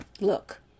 look